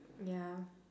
ya